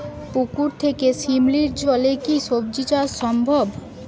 পুকুর থেকে শিমলির জলে কি সবজি চাষ সম্ভব?